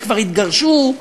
שכבר התגרשו,